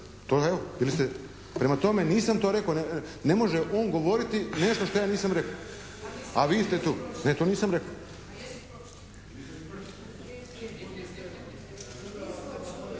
o hrani, uredba. Prema tome nisam to rekao. Ne može on govoriti nešto što ja nisam rekao, a vi ste tu. Ja to nisam rekao.